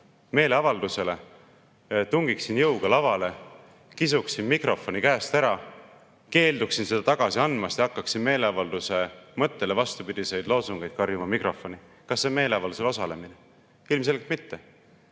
meeleavaldusele, tungiksin jõuga lavale, kisuksin mikrofoni käest ära, keelduksin tagasi andmast ja hakkaksin meelevalduse mõttele vastupidiseid loosungeid karjuma mikrofoni. Kas see on meeleavaldusel osalemine? Ilmselgelt mitte.